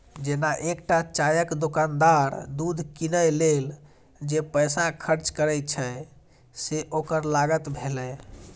जेना एकटा चायक दोकानदार दूध कीनै लेल जे पैसा खर्च करै छै, से ओकर लागत भेलै